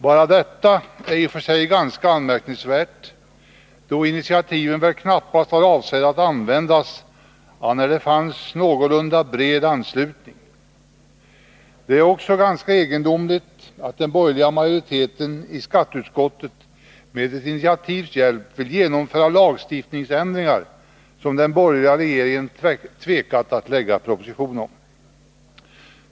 Bara detta är i och för sig ganska anmärkningsvärt, då initiativrätten väl knappast var avsedd att användas annat än när det fanns en någorlunda bred anslutning. Det är också ganska egendomligt att den borgerliga majoriteten i skatteutskottet med ett initiativs hjälp vill genomföra lagstiftningsändringar som den borgerliga regeringen tvekat att lägga fram proposition om.